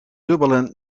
dubbele